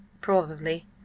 Probably